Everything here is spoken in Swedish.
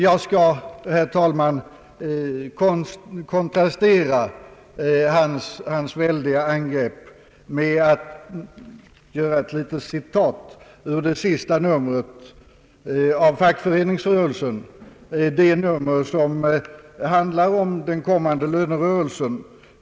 Jag skall, herr talman, kontrastera hans väldiga angrepp mot ett litet citat ur det senaste numret av Fackföreningsrörelsen — det nummer som handlar om den kommande lönerörelsen.